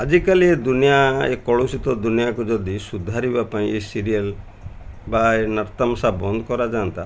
ଆଜିକାଲି ଏ ଦୁନିଆ ଏ କଳୁଷିତ ଦୁନିଆକୁ ଯଦି ସୁଧାରିବା ପାଇଁ ଏ ସିରିଏଲ୍ ବା ଏ ନାଟ୍ ତାମସା ବନ୍ଦ କରାଯାଆନ୍ତା